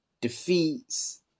defeats